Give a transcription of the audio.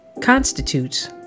constitutes